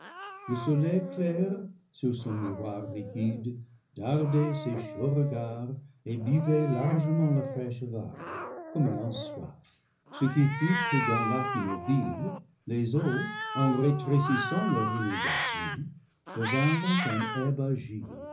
le soleil clair sur son miroir liquide dardait ses chauds regards et buvait largement la fraîche vague comme ayant soif ce qui fit que d'un lac immobile les eaux en rétrécissant leur inondation devinrent un